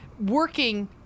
working